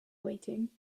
waiting